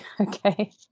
Okay